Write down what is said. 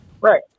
Right